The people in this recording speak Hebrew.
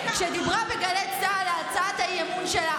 כשדיברה בגלי צה"ל על הצעת האי-אמון שלה,